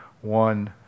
one